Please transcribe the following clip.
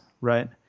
right